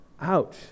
Ouch